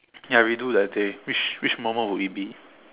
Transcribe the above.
ya we do that day which which moment will it be